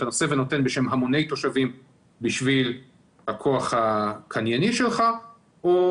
אתה נושא ונותן בשם המוני תושבים בשביל הכוח הקנייני שלך או